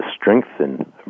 strengthen